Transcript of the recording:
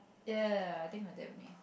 ya I think like that only